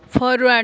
forward